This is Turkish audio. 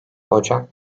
ocak